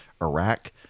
Iraq